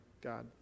God